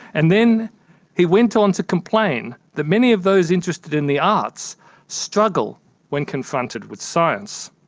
and then he went on to complain that many of those interested in the arts struggle when confronted with science.